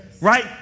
right